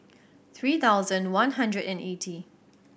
three thousand one hundred and eighty